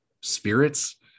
spirits